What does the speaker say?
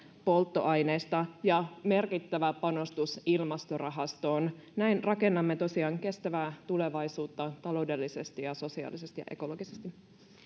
polttoaineista ja merkittävä panostus ilmastorahastoon näin rakennamme tosiaan kestävää tulevaisuutta taloudellisesti ja sosiaalisesti ja ekologisesti